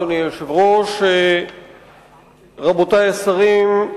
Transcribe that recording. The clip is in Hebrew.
אדוני היושב-ראש, רבותי השרים,